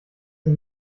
sie